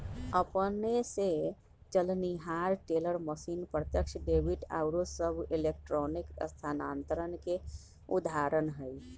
अपने स चलनिहार टेलर मशीन, प्रत्यक्ष डेबिट आउरो सभ इलेक्ट्रॉनिक स्थानान्तरण के उदाहरण हइ